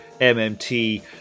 MMT